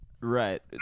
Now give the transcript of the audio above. right